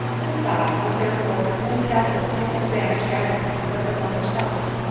this spot was therefore ill calculated to banish adeline from her mother's thoughts,